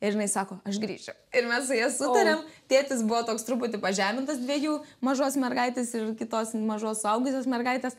ir jinai sako aš grįšiu ir mes su ja sutarem tėtis buvo toks truputį pažemintas dviejų mažos mergaitės ir kitos mažos suaugusios mergaitės